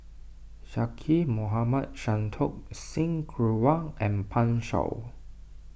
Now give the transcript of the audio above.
Zaqy Mohamad Santokh Singh Grewal and Pan Shou